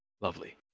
Lovely